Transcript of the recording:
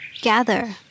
gather